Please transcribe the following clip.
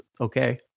okay